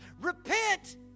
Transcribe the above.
Repent